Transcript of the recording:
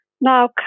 Now